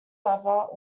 lever